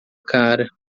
cara